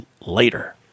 later